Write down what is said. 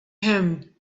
him